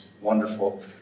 wonderful